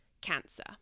cancer